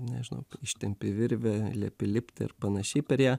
nežinau ištempi virvę liepi lipti ir panašiai per ją